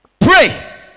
Pray